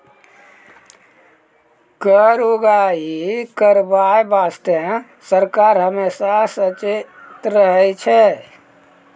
कर उगाही करबाय बासतें सरकार हमेसा सचेत रहै छै